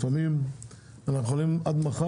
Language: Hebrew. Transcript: לפעמים אנחנו יכולים לעשות את זה,